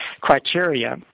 criteria